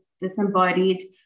disembodied